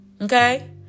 Okay